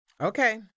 Okay